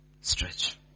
Stretch